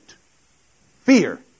fear